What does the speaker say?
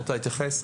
רוצה להתייחס?